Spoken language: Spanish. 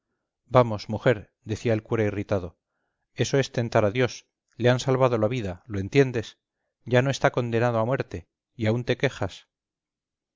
rabia vamos mujer decía el cura irritado eso es tentar a dios le han salvado la vida lo entiendes ya no está condenado a muerte y aún te quejas